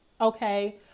Okay